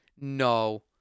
No